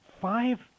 five